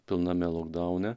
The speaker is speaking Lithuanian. pilname logdaune